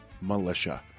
militia